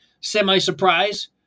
semi-surprise